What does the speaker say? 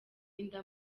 inda